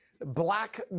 black